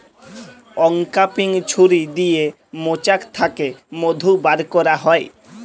uncapping ছুরি দিয়ে মোচাক থ্যাকে মধু ব্যার ক্যারা হয়